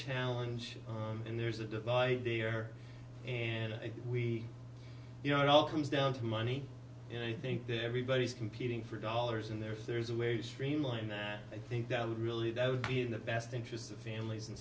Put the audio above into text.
challenge and there's a divide there and we you know it all comes down to money and i think that everybody's competing for dollars and there's there's a way to streamline that i think that would really be in the best interests of families